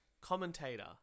commentator